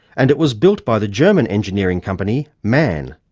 and it was built by the german engineering company man.